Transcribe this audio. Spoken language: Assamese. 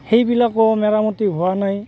সেইবিলাকো মেৰামতি হোৱা নাই